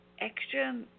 Extra